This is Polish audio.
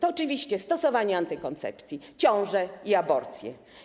Oczywiście stosowanie antykoncepcji, ciąże i aborcje.